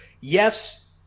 yes